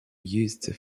used